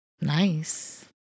Nice